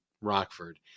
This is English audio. Rockford